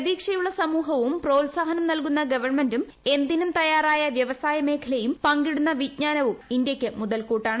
പ്രതീക്ഷയുള്ള സമൂഹവും പ്രോത്സാഹനം നൽകുന്ന ഗവൺമെന്റും എന്തിനും തയാറായ വ്യവസായ മേഖലയും പങ്കിടുന്ന വിജ്ഞാനവും ഇന്ത്യയ്ക്ക് മുതൽക്കൂട്ടാണ്